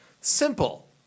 Simple